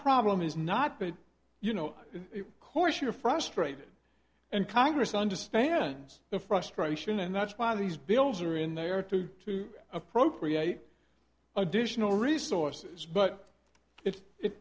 problem is not that you know course you're frustrated and congress understands the frustration and that's why these bills are in there to to appropriate additional resources but it